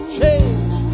change